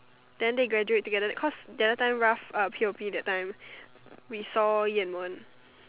then they graduate together cause their time Ralph uh P_O_P that time we saw Yan-Wen